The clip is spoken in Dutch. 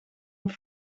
het